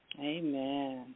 Amen